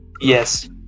yes